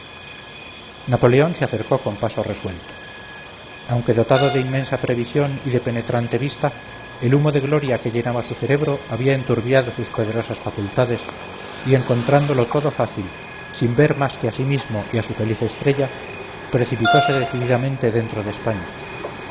napoleón se acercó con paso resuelto aunque dotado de inmensa previsión y de penetrante vista el humo de gloria que llenaba su cerebro había enturbiado sus poderosas facultades y encontrándolo todo fácil sin ver más que a sí mismo y a su feliz estrella precipitose decididamente dentro de españa